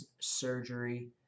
surgery